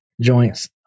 joints